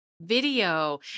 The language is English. video